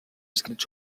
escrits